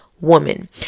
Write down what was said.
woman